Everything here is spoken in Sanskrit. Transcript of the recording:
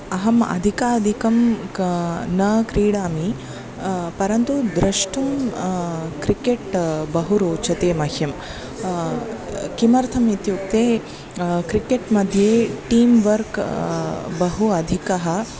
अहं अधिकाधिकं क न क्रीडामि परन्तु द्रष्टुं क्रिकेट् बहु रोचते मह्यं किमर्थमित्युक्ते क्रिकेट्मध्ये टीम्वर्क् बहु अधिकः